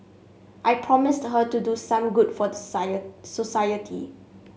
I promised her to do some good for society